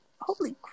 Holy